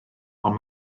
ond